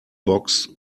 box